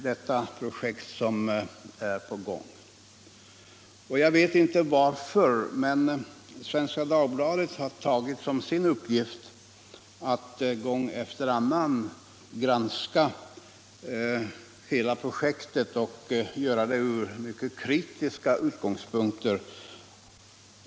Det projekt som är på gång har mött mycket kritik. Jag vet inte varför, men Svenska Dagbladet har tagit som sin uppgift att gång efter annan granska hela projektet och göra det från mycket kritiska utgångspunkter.